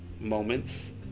moments